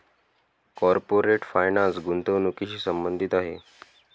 corporate finance गुंतवणुकीशी संबंधित आहे